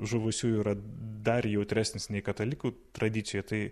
žuvusiųjų yra dar jautresnis nei katalikų tradicijoj tai